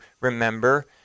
remember